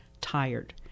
tired